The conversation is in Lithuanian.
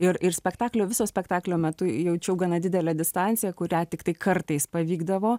ir ir spektaklio viso spektaklio metu jaučiau gana didelę distanciją kurią tiktai kartais pavykdavo